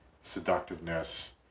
seductiveness